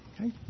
Okay